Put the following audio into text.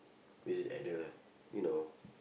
which is at the you know